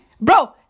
bro